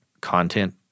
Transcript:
content